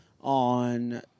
on